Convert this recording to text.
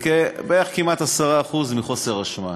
ובערך, כמעט 10% מחוסר אשמה.